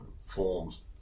Forms